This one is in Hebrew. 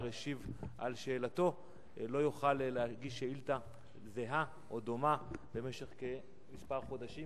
השיב עליה לא יוכל להגיש שאילתא זהה או דומה במשך כמה חודשים,